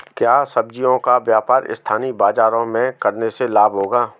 क्या सब्ज़ियों का व्यापार स्थानीय बाज़ारों में करने से लाभ होगा?